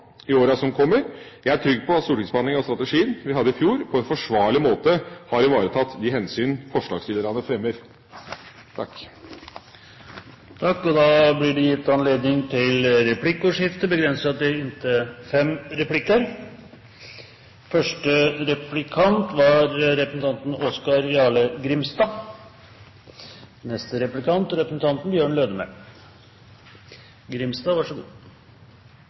i årene som kommer. Jeg er trygg på at stortingsbehandlingen av strategien, som vi hadde i fjor, på en forsvarlig måte har ivaretatt de hensyn forslagsstillerne fremmer.